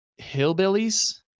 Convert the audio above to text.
hillbillies